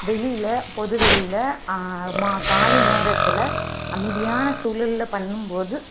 வெளியில் பொதுவெளியில் ம காலை நேரத்தில் அமைதியான சூழல்ல பண்ணும்போது